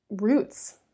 roots